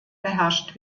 beherrscht